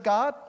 God